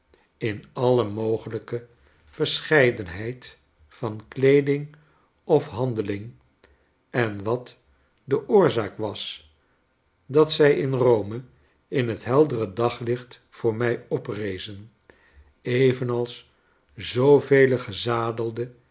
te hebben inallemogelijke verscheidenheid van kleeding of handeling en wat de oorzaak was dat zij in rome in het heldere daglicht voor mij oprezen evenals zoovele